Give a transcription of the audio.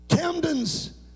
Camden's